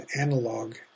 analog